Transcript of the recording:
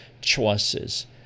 choices